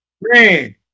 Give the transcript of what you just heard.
Man